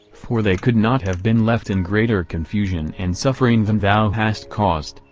for they could not have been left in greater confusion and suffering than thou hast caused,